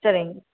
சரிங்க